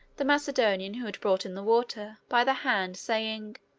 the macedonian who had brought him the water, by the hand, saying,